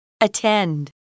Attend